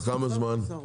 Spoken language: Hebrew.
תוך כמה זמן?